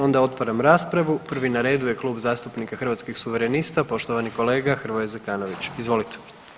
Onda otvaram raspravu, prvi na redu je Klub zastupnika Hrvatskih suverenista, poštovani kolega Hrvoje Zekanović, izvolite.